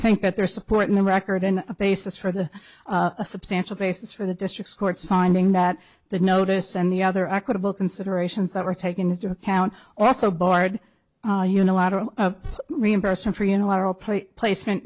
think that they're supporting the record in a basis for the substantial basis for the district court signing that the notice and the other equitable considerations are taken into account also barred unilateral reimbursement for unilateral play placement